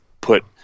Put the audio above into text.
put